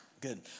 Good